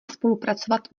spolupracovat